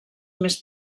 més